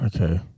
Okay